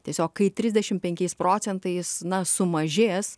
tiesiog kai trisdešim penkiais procentais na sumažės